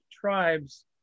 tribes